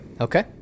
Okay